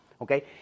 Okay